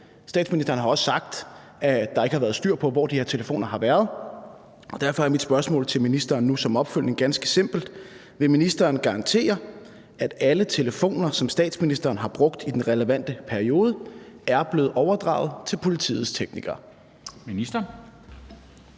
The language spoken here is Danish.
Statsministeren har også sagt, at der ikke har været styr på, hvor de her telefoner har været, og derfor er mit spørgsmål til ministeren nu, som opfølgning, ganske simpelt: Vil ministeren garantere, at alle telefoner, som statsministeren har brugt i den relevante periode, er blevet overdraget til politiets teknikere?